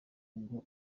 ngo